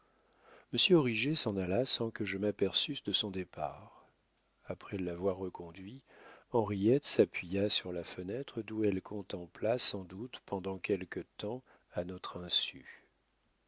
origet s'en alla sans que je m'aperçusse de son départ après l'avoir reconduit henriette s'appuya sur la fenêtre d'où elle nous contempla sans doute pendant quelque temps à notre insu